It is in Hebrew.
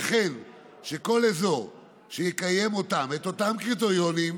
וכן שכל אזור שיקיים אותם, את אותם קריטריונים,